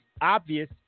Obvious